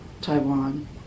Taiwan